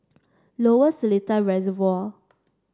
Lower Seletar Reservoir